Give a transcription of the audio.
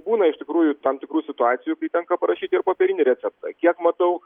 būna iš tikrųjų tam tikrų situacijų kai tenka parašyti ir popierinį receptą kiek matau